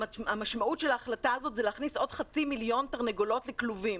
והמשמעות של ההחלטה הזו זה להכניס עוד חצי מיליון תרנגולות לכלובים,